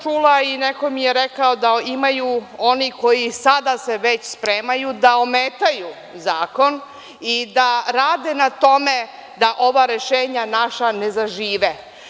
Čula sam i neko mi je rekao da ima onih koji se sada spremaju da ometaju zakon i da rade na tome da ova rešenja naša ne zažive.